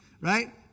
Right